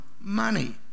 money